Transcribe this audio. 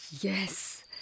Yes